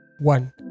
one